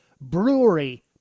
brewery